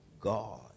God